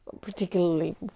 particularly